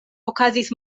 okazis